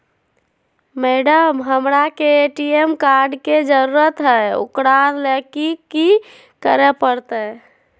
Madam, हमरा के ATM card के जरूरत है ऊकरा ले की की करे परते?